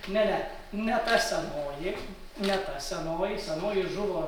ne ne ne ta senoji ne ta senoji senoji žuvo